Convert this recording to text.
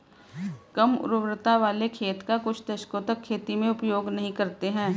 कम उर्वरता वाले खेत का कुछ दशकों तक खेती में उपयोग नहीं करते हैं